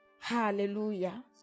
Hallelujah